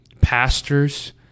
Pastors